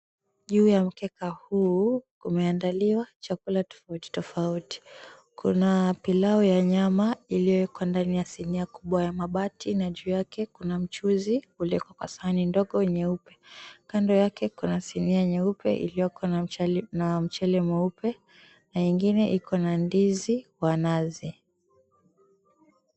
Ju ya mkeka huu kumeandaliwa chakula tofuati tofuati, kuna pilau ya nyama ilyowekwa ndani ya sinia kubwa ya mabati na ju yake kuna mchuzi uliowekwa kwa sahani ndogo nyeupe, kando yake kuna sinia nyeupe iliyoko na mchele mweupe na ingine iko na ndizi kwa nazi.